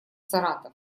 саратов